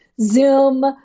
Zoom